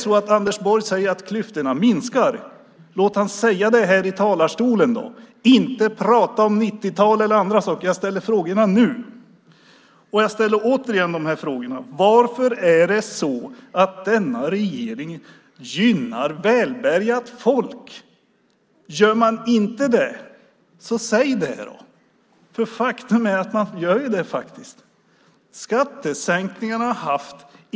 Säger Anders Borg att klyftorna minskar, så säg det här i talarstolen! Prata inte om 90-talet och andra saker! Jag ställer frågorna nu. Jag frågar återigen varför denna regering gynnar välbärgat folk. Gör man inte det, så säg det! Faktum är ju att man gör det.